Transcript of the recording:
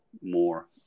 more